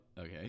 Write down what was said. Okay